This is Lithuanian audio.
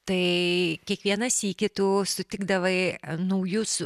tai kiekvieną sykį tu sutikdavai naujus